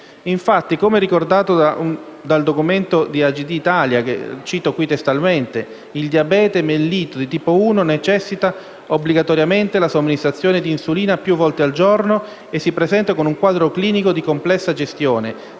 Infatti, come ricordato dal citato documento di AGD Italia, cito testualmente: «il diabete mellito di tipo 1 necessita obbligatoriamente la somministrazione di insulina più volte al giorno e si presenta con un quadro clinico di complessa gestione,